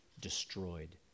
destroyed